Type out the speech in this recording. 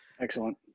Excellent